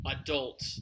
adult